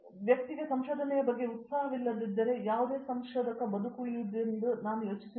ವ್ಯಕ್ತಿಗೆ ಸಂಶೋಧನೆಯ ಬಗ್ಗೆ ಉತ್ಸಾಹವಿಲ್ಲದಿದ್ದರೆ ನಾನು ಯಾವುದೇ ಸಂಶೋಧಕ ಬದುಕುಳಿಯುವುದೆಂದು ಯೋಚಿಸುವುದಿಲ್ಲ